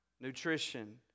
nutrition